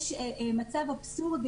יש היום מצב אבסורדי